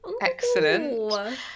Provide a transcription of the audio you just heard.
excellent